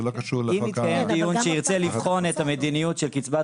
אם יתקיים דיון שירצה לבחון את המדיניות של קצבת